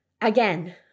Again